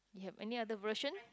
you have any other version